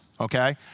okay